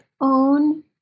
own